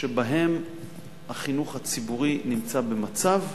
שבהם החינוך הציבורי נמצא במצב,